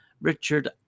Richard